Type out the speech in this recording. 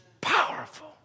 powerful